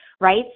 right